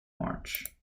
march